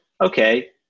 okay